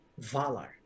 Valar